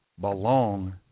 belong